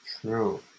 true